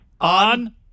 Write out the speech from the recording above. On